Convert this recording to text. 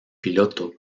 piloto